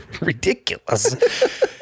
ridiculous